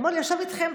אתמול הוא ישב איתכם,